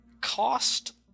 cost